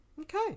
okay